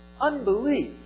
unbelief